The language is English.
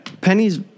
Penny's